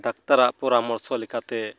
ᱰᱟᱠᱛᱟᱨᱟᱜ ᱯᱚᱨᱟᱢᱚᱨᱥᱚ ᱞᱮᱠᱟᱛᱮ